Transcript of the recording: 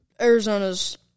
Arizona's